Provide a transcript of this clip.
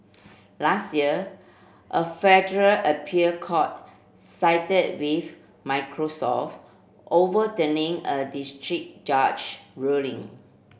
last year a federal appeal court sided with Microsoft overturning a district judge ruling